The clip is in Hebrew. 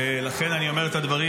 ולכן אני אומר את הדברים,